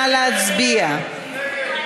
נא להצביע.